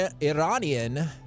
Iranian